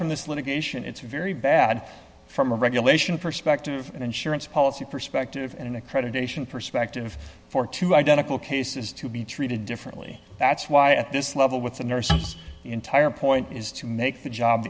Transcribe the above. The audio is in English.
from this litigation it's very bad from a regulation perspective and insurance policy perspective and accreditation perspective for two identical cases to be treated differently that's why at this level with the nurses entire point is to make the job